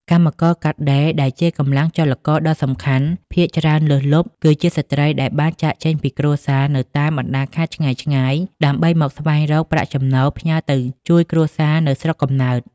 កម្មករកាត់ដេរដែលជាកម្លាំងចលករដ៏សំខាន់ ភាគច្រើនលើសលប់គឺជាស្ត្រីដែលបានចាកចេញពីគ្រួសារនៅតាមបណ្តាខេត្តឆ្ងាយៗ ដើម្បីមកស្វែងរកប្រាក់ចំណូលផ្ញើទៅជួយគ្រួសារនៅស្រុកកំណើត។